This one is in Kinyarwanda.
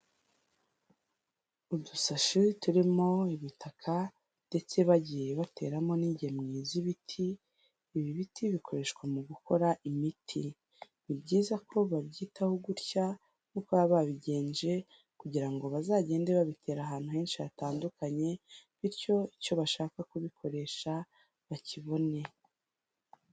Udusashi turimo ibitaka ndetse bagiye bateramo n'ingemwe z'ibiti, ibi biti bikoreshwa mu gukora imiti. Ni byiza ko babyitaho gutya nk'uko baba babigenje kugira ngo bazagende babitera ahantu henshi hatandukanye, bityo icyo bashaka kubikoresha bakibone.